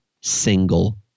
single